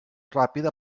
ràpida